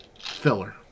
Filler